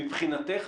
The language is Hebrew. מבחינתך,